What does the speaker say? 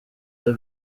the